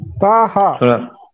Taha